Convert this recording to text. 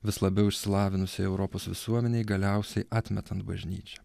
vis labiau išsilavinusiems europos visuomenei galiausiai atmetant bažnyčią